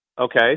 Okay